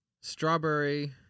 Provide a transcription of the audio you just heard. strawberry